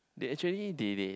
they actually they they